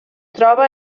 troba